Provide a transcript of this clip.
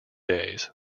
days